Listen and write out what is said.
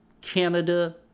Canada